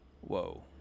Whoa